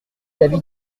l’avis